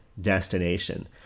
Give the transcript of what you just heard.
destination